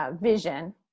vision